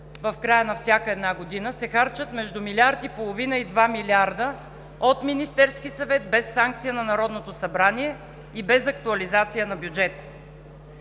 в края на всяка една година, се харчат между милиард и половина и два милиарда от Министерския съвет без санкция на Народното събрание и без актуализация на бюджета.